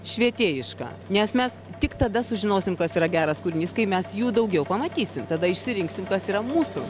švietėjiška nes mes tik tada sužinosime kas yra geras kūrinys kai mes jų daugiau pamatysim tada išsirinksim kas yra mūsų